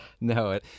No